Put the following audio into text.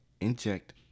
inject